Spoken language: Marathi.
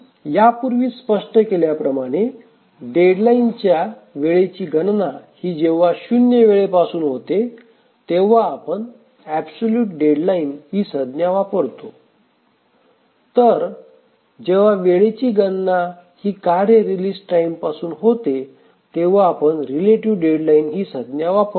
या पूर्वी स्पष्ट केल्याप्रमाणे डेडलाईन याच्या वेळेची गणना ही जेव्हा शून्य वेळेपासून होते तेव्हा आपण ऍबसोल्युट डेडलाईन ही संज्ञा वापरतो तर जेव्हा वेळेची गणना ही कार्य रिलीज टाईमपासून होते तेव्हा आपण रिलेटिव्ह डेडलाईन ही संज्ञा वापरतो